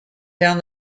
down